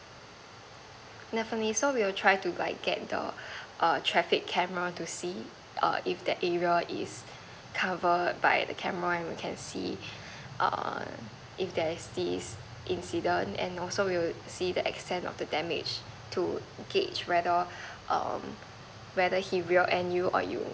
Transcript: definitely so we'll try to like get the err traffic camera to see err if that area is cover by the camera and we can see err if there's this incident and also we'll see the extend of the damage to get whether err whether he rear end you or you